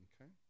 Okay